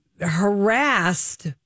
harassed